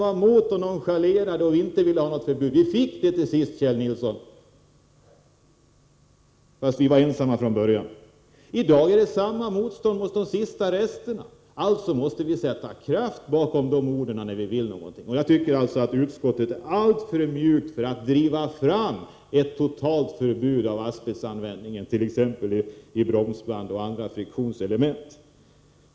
Kjell Nilsson nonchalerade oss och ville inte ha något förbud. Vi fick det emellertid till sist, Kjell Nilsson, fast vi var ensamma från början. I dag råder det samma motstånd mot de sista resterna. Alltså måste vi sätta kraft bakom orden, när vi vill någonting. Utskottet är alltför mjukt när det gäller att driva fram ett totalförbud mot asbestanvändning, t.ex. i bromsband och andra friktionselement.